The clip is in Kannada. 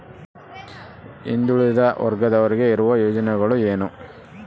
ಹಿಂದುಳಿದ ವರ್ಗದವರಿಗೆ ಇರುವ ಯೋಜನೆಗಳು ಏನು?